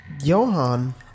Johan